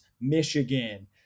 Michigan